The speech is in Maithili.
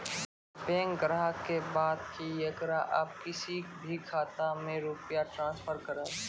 बैंक ग्राहक के बात की येकरा आप किसी भी खाता मे रुपिया ट्रांसफर करबऽ?